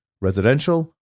residential